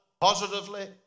positively